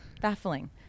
Baffling